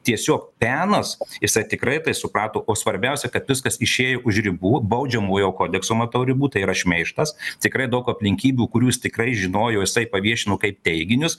tiesiog penas jisai tikrai tai suprato o svarbiausia kad viskas išėjo už ribų baudžiamojo kodekso matau ribų tai yra šmeižtas tikrai daug aplinkybių kurių jis tikrai žinojo jisai paviešino kaip teiginius